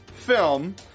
film